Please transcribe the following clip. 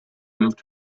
moved